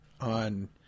on